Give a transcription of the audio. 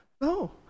no